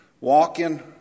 walking